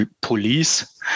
police